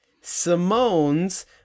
Simone's